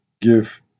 give